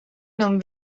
non